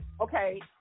Okay